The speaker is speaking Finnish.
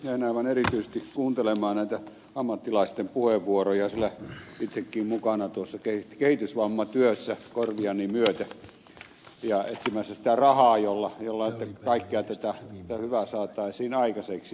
jäin aivan erityisesti kuuntelemaan näitä ammattilaisten puheenvuoroja sillä olen itsekin mukana tuossa kehitysvammatyössä korviani myöten ja etsimässä sitä rahaa jolla kaikkea tätä hyvää saataisiin aikaiseksi